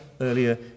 earlier